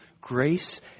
grace